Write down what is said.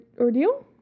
ordeal